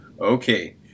okay